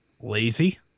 lazy